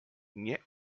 nie